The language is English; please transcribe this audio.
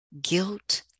guilt